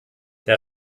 der